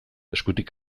eskutik